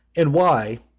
and why,